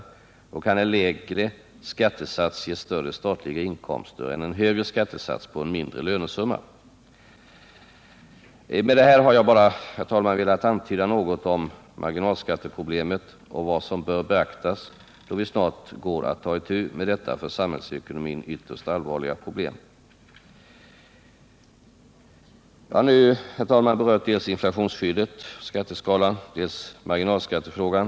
Då kan en lägre skattesats ge större statliga inkomster än en högre skattesats på en mindre summa. Med det här har jag, herr talman, bara velat antyda något om marginalskatteproblemen och vad som bör beaktas då vi snart går att ta itu med detta för samhällsekonomin ytterst allvarliga problem. Jag har nu, herr talman, berört dels inflationsskyddet av skatteskalan, dels marginalskattefrågan.